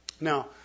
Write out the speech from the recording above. Now